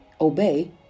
obey